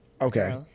Okay